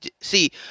See